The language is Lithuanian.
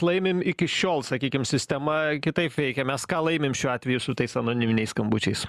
laimim iki šiol sakykim sistema kitaip veikia mes ką laimim šiuo atveju su tais anoniminiais skambučiais